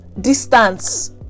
distance